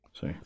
See